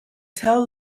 tell